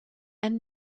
and